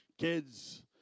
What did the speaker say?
Kids